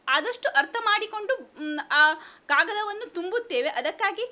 ಆದಷ್ಟು ಅರ್ಥ ಮಾಡಿಕೊಂಡು ಆ ಕಾಗದವನ್ನು ತುಂಬುತ್ತೇವೆ ಅದಕ್ಕಾಗಿ